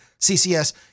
CCS